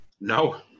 No